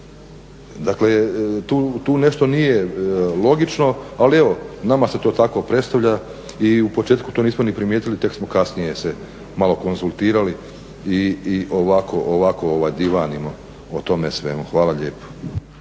Dakle, tu nešto nije logično, ali evo nama se to tako predstavlja i u početku to nismo ni primijetili tek smo kasnije se malo konzultirali i ovako divanimo o tome svemu. Hvala lijepo.